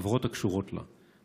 וחברות קשורות לה,